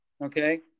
Okay